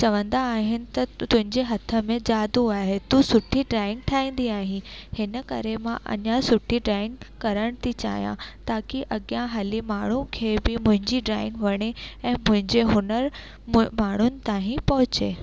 चवंदा आहिनि त तुंहिंजे हथ में जादू आहे तूं सुठी ड्रॉइंग ठाहींदी आहे हिन करे मां अञा सुठी ड्रॉइंग करण थी चाहियां ताक़ी अॻियां हली माण्हू खे बि मुंहिंजी ड्रॉइंग वणे ऐं मुंहिंजे हुनरु मु माण्हुनि ताईं पहुचे